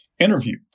interview